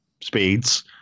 speeds